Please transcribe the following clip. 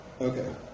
Okay